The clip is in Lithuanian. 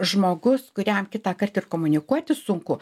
žmogus kuriam kitąkart ir komunikuoti sunku